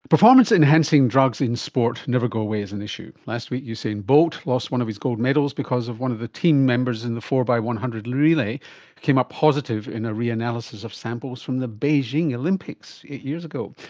performance enhancing drugs in sport never go away as an issue. last week usain bolt lost one of his gold medals because of one of the team members in the four x one hundred relay came up positive in a reanalysis of samples from the beijing olympics eight years ago.